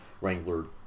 Wrangler